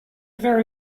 very